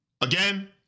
again